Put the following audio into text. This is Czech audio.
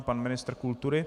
Pan ministr kultury?